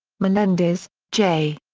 melendez, j.